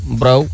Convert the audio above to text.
bro